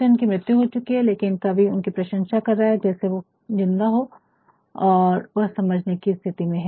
Milton कि मृत्यु हो चुकी है लेकिन कवि उनकी प्रशंसा कर रहा है जैसे कि वह ज़िंदा हो और वह समझने कि स्थिति में है